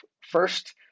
first